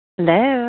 Hello